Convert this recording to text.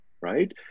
right